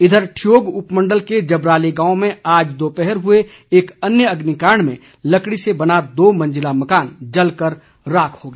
इधर ठियोग उपमंडल के जबराली गांव में आज दोपहर हुए अन्य अग्निकांड में लकड़ी से बना दो मंजिला मकान जलकर राख हो गया